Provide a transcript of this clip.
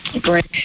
Great